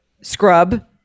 scrub